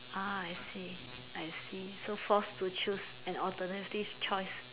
ah I see I see so forced to choose an alternative choice